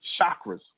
chakras